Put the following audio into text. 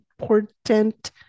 important